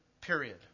period